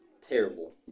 terrible